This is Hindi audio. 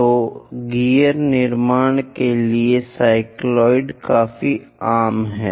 तो गियर निर्माण के लिए साइक्लॉयड काफी आम हैं